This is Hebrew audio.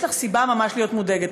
יש לך סיבה ממש להיות מודאגת.